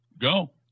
Go